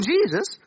Jesus